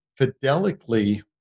fidelically